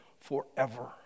forever